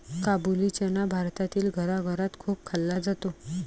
काबुली चना भारतातील घराघरात खूप खाल्ला जातो